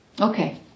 Okay